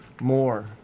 more